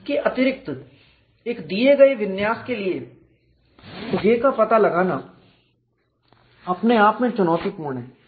इसके अतिरिक्त एक दिए गए विन्यास के लिए J का पता लगाना अपने आप में चुनौतीपूर्ण है